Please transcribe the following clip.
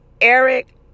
Eric